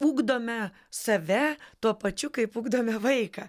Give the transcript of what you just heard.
ugdome save tuo pačiu kaip ugdome vaiką